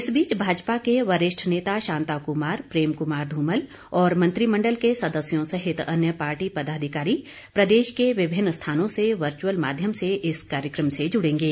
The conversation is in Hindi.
इस बीच भाजपा के वरिष्ठ नेता शांता कुमार प्रेम कुमार धूमल और मंत्रिमंडल के सदस्यों सहित अन्य पार्टी पदाधिकारी प्रदेश के विभिन्न स्थानों से वर्चुअल माध्यम से इस कार्यक्रम से जुड़ेंगे